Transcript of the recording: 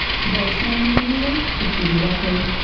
today's sound engineer is judy rapley.